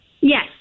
Yes